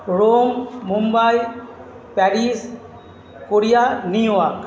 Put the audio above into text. Rome Mumbai Paris Korea New York